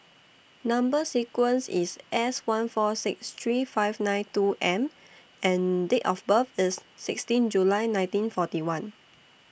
Number sequence IS S one four six three five nine two M and Date of birth IS sixteen July nineteen forty one